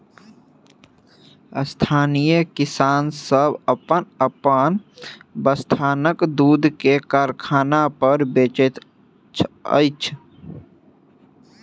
स्थानीय किसान सभ अपन अपन बथानक दूध के कारखाना पर बेचैत छथि